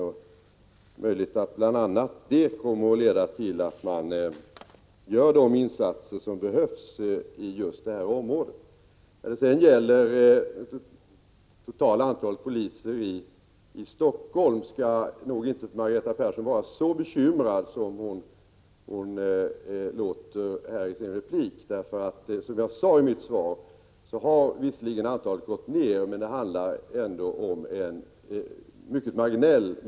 Det är möjligt att bl.a. detta kommer att leda till att man gör de insatser som behövs inom just detta område. När det gäller det totala antalet poliser i Stockholm skall Margareta Persson nog inte vara så bekymrad som hon verkade vara i sin replik. Som jag sade i mitt svar har antalet visserligen gått ned, men minskningen är högst marginell.